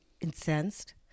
incensed